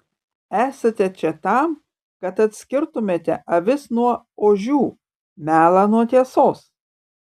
esate čia tam kad atskirtumėte avis nuo ožių melą nuo tiesos